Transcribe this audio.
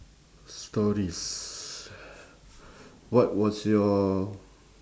stories what was your